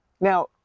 Now